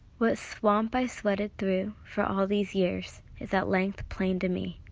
what swamp i sweated through for all these years is at length plain to me.